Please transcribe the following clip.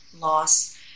loss